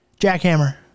Jackhammer